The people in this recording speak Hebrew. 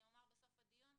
אני אומר בסוף הדיון,